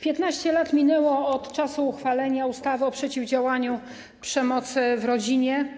15 lat minęło od czasu uchwalenia ustawy o przeciwdziałaniu przemocy w rodzinie,